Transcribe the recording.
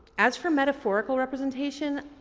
as for metaphorical representation,